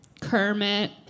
Kermit